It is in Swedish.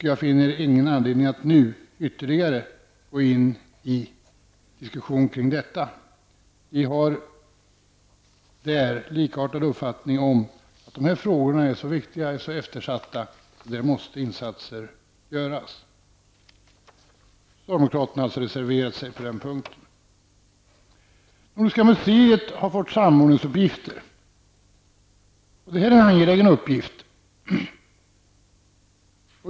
Jag finner ingen anledning att nu ytterligare gå in i diskussion kring detta. Vi har där en likartad uppfattning -- de här frågorna är så viktiga och så eftersatta att insatser måste göras. Socialdemokraterna har reserverat sig på den punkten. Nordiska museet har fått samordningsuppgifter. Detta är en angelägen uppgift.